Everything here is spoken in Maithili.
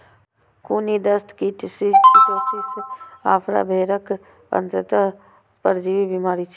खूनी दस्त, कीटोसिस, आफरा भेड़क अंतः परजीवी बीमारी छियै